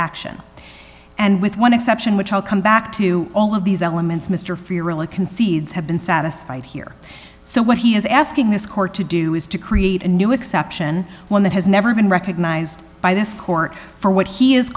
action and with one exception which i'll come back to all of these elements mr freear really concedes have been satisfied here so what he is asking this court to do is to create a new exception one that has never been recognized by this court for what he is